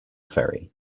ferry